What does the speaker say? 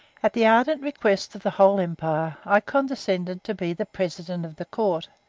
at the ardent request of the whole empire i condescended to be the president of the court,